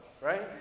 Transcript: right